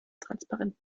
transparent